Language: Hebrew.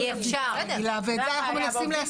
ועל זה אנחנו מנסים להסכים.